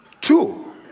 two